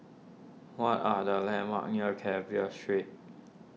what are the landmarks near Carver Street